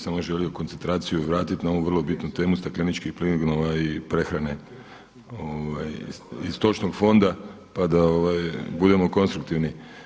Ja bih samo želio koncentraciju vratit na ovu vrlo bitnu temu stakleničkih plinova i prehrane i stočnog fonda pa da budemo konstruktivni.